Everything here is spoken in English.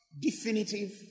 definitive